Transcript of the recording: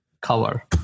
cover